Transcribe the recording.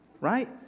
right